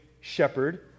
shepherd